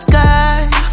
guys